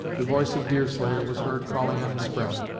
the voice of deerslayer was heard calling on his friend,